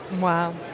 Wow